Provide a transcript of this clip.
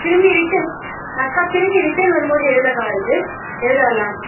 திரும்பி ரிட்டர்ன் அக்கா திரும்பி ரிட்டர்ன் வரும் போது எதுலக்கா வரது எதில் வரலாம்